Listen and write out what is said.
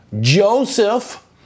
Joseph